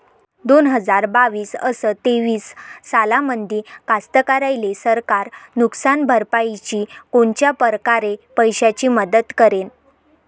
दोन हजार बावीस अस तेवीस सालामंदी कास्तकाराइले सरकार नुकसान भरपाईची कोनच्या परकारे पैशाची मदत करेन?